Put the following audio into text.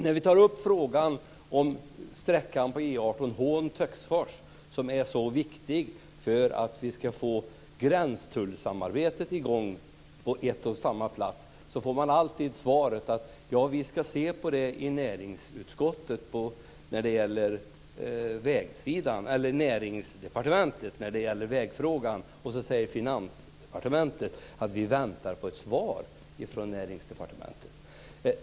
När vi tar upp frågan om sträckan på E 18 Hån Töcksfors, som är så viktig för att vi ska få i gång gränstullssamarbetet på en och samma plats, får vi alltid svaret att man ska se närmare på vägfrågan i Näringsdepartementet. Sedan säger man från Finansdepartementet att man väntar på ett svar från Näringsdepartementet.